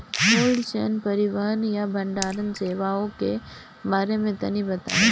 Cold chain परिवहन या भंडारण सेवाओं के बारे में तनी बताई?